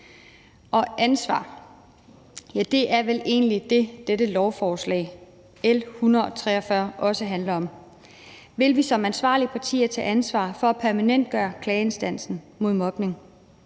Og ansvar er vel egentlig det, dette lovforslag, L 143, også handler om. Vil vi som ansvarlige partier tage ansvar for at permanentgøre Klageinstansen mod Mobning,